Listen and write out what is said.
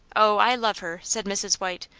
oh, i love her, said mrs. white.